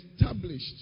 established